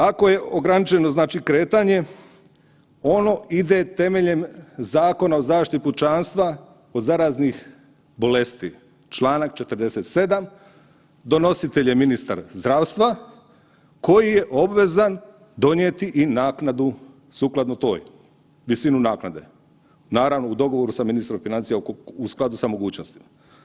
Ako je ograničeno kretanje ono ide temeljem Zakona o zaštiti pučanstva od zaraznih bolesti čl. 47. donositelj je ministar zdravstva koji je obvezan donijeti i naknadu sukladno toj, visinu naknade, naravno u dogovoru sa ministrom financija u skladu sa mogućnostima.